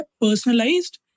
Personalized